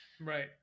right